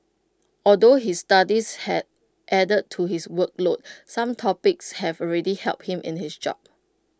although his studies have added to his workload some topics have already helped him in his job